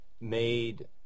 made